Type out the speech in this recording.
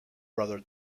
brother